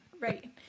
Right